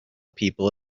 people